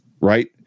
right